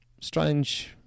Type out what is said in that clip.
strange